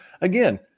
Again